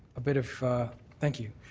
a bit of thank you.